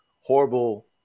horrible